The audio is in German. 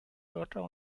wörter